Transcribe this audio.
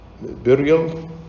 burial